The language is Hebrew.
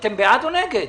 אתם בעד או נגד?